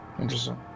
Interesting